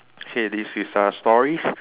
okay this is uh stories